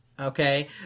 Okay